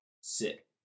sit